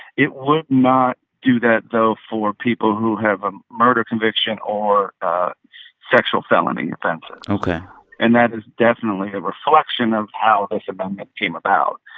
it would not do that, though, for people who have a murder conviction or sexual felony offenses ok and that is definitely a reflection of how this amendment came about.